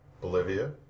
Bolivia